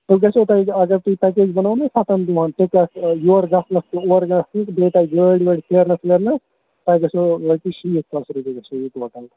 تُہۍ گژھوٕ تۄہہِ اگر تُہۍ پیکیج بَناوَو نا سَتَن دۄہن تہٕ تتھ یور گژھنَس اورٕ گژھنہٕ تہٕ بیٚیہِ تۄہہِ گٲڑۍ وٲڑۍ پھیرنَس ویرنَس تۄہہِ گژھوٕ رۄپیہِ شیٖتھ ساس رۄپیہِ گژھوٕ یہِ ٹوٹَل